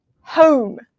home